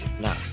no